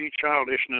childishness